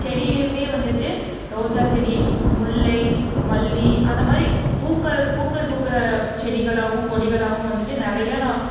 செடியிலேயுமே வந்துட்டு ரோஜா செடி முல்லை மல்லி அந்தமாதிரி பூக்கள் பூக்கள் பூக்கிற செடிகளாகவும் கொடிகளாகவும் நிறையா நான்